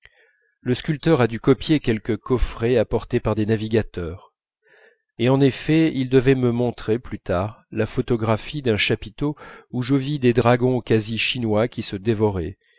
le sculpteur a dû copier quelque coffret apporté par des navigateurs et en effet il devait me montrer plus tard la photographie d'un chapiteau où je vis des dragons quasi chinois qui se dévoraient